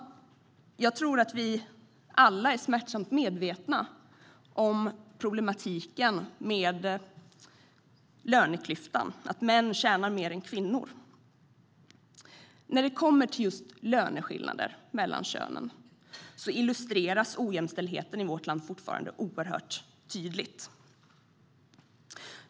Jag tror att vi alla är smärtsamt medvetna om problematiken med löneklyftan: att män tjänar mer än kvinnor. När det kommer till löneskillnader mellan könen illustreras ojämställdheten i vårt land fortfarande oerhört tydligt.